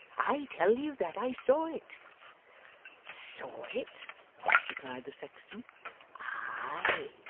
i tell you that i saw it saw it replied the sexton aye,